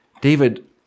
David